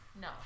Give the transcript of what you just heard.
No